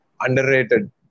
underrated